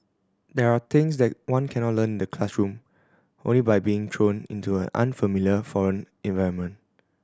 there are things that one cannot learn the classroom only by being thrown into an unfamiliar foreign environment